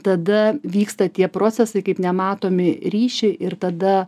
tada vyksta tie procesai kaip nematomi ryšiai ir tada